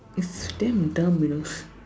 it's damn dumb you know